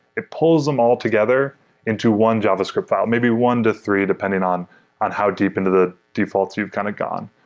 it pulls them all together into one javascript file. maybe one to three depending on on how deep in the defaults you've kind of gone.